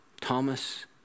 Thomas